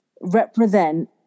represent